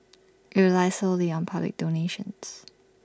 IT relies solely on public donations